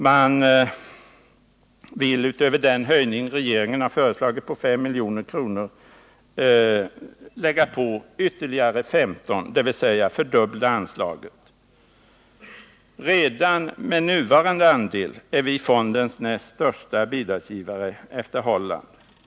Man vill utöver den höjning på 5 milj.kr. som regeringen föreslagit lägga på ytterligare 15 milj., dvs. fördubbla anslaget. Redan med nuvarande andel är Sverige fondens näst största bidragsgivare efter Holland.